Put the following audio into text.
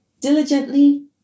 diligently